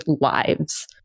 lives